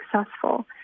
successful